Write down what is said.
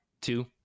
two